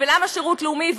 ולמה שירות לאומי,